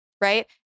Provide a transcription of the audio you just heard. right